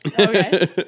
Okay